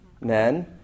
men